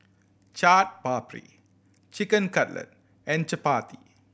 Chaat Papri Chicken Cutlet and Chapati